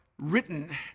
written